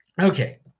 Okay